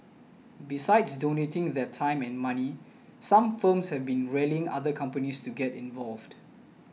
besides donating their time and money some firms have been rallying other companies to get involved